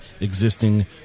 existing